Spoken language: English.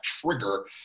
trigger